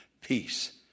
Peace